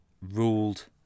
ruled